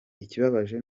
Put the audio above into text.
ikibabaje